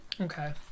Okay